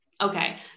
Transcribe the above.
Okay